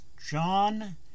John